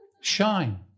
shine